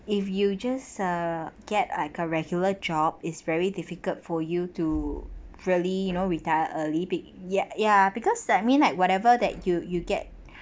if you just a get like a regular job it's very difficult for you to really you know retire early be~ ya ya because that mean like whatever that you you get